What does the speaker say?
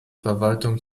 verwaltung